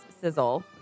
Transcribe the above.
sizzle